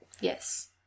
Yes